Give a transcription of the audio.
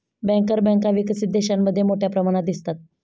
banker बँका विकसित देशांमध्ये मोठ्या प्रमाणात दिसतात